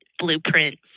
blueprint